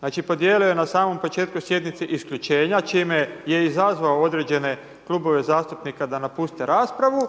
znači podijelio je na samom početku sjednice isključenja čime je izazvao određene klubove zastupnika da napuste raspravu